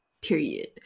period